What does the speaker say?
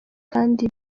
kandi